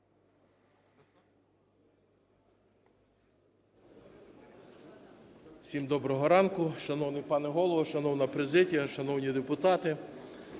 Всім доброго ранку! Шановний пане Голово, шановна президія, шановні депутати!